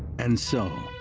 and so,